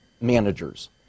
managers